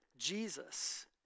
Jesus